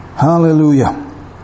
Hallelujah